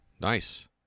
Nice